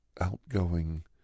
outgoing